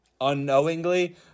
unknowingly